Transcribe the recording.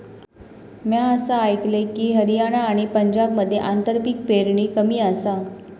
म्या असा आयकलंय की, हरियाणा आणि पंजाबमध्ये आंतरपीक पेरणी कमी आसा